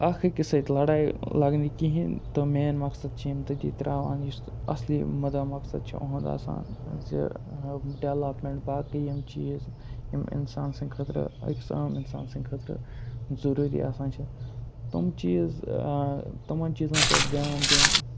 اَکھ أکِس سۭتۍ لَڑایہِ لَگنہِ کِہیٖنۍ تہٕ مین مقصد چھِ یِم تٔتی ترٛاوان یُس نہٕ اَصلی مُدا مقصد چھِ یُہُنٛد آسان زِ ڈیٚولَپمیٚنٛٹ باقٕے یِم چیٖز یِم اِنسان سٕنٛدۍ خٲطرٕ أکِس عام اِنسان سٕنٛدۍ خٲطرٕ ضروٗری آسان چھِ تِم چیٖز تِمَن چیٖزَن پٮ۪ٹھ دھیان دیُن